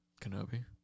Kenobi